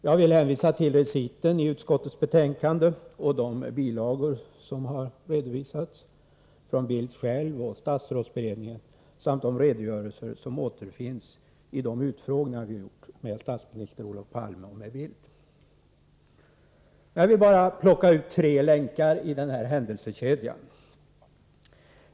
Jag vill hänvisa till reciten i utskottsbetänkandet och de bilagor som har redovisats från Carl Bildt själv och statsrådsberedningen samt de redogörelser som återfinns i de utfrågningar som vi har haft med statsminister Olof Palme och med Carl Bildt. Jag vill bara plocka ut tre länkar i händelsekedjan.